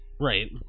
Right